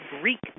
Greek